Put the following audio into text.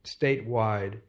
statewide